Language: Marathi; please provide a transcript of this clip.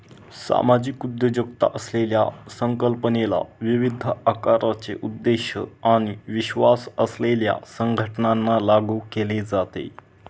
सामाजिक उद्योजकता असलेल्या संकल्पनेला विविध आकाराचे उद्देश आणि विश्वास असलेल्या संघटनांना लागू केले जाते